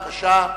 בבקשה.